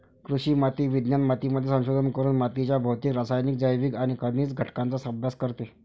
कृषी माती विज्ञान मातीमध्ये संशोधन करून मातीच्या भौतिक, रासायनिक, जैविक आणि खनिज संघटनाचा अभ्यास करते